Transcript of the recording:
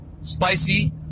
spicy